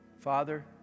Father